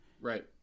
Right